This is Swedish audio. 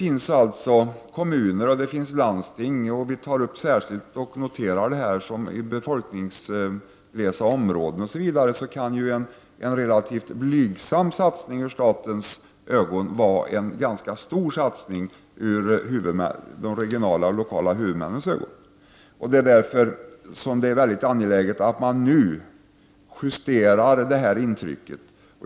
Vi noterar särskilt att det finns kommuner och landsting i befolkningsglesa områden där en i statens ögon relativ blygsam satsning i de regionala och lokala huvudmännens ögon kan vara ganska stor. Därför är det mycket angeläget att man nu justerar det här intrycket.